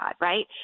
right